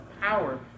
power